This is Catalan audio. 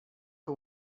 que